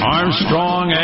Armstrong